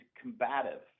combative